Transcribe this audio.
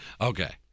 Okay